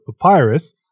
papyrus